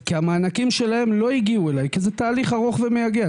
כי המענקים שלהם לא הגיעו אליי כי זה תהליך ארוך ומייגע,